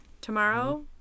tomorrow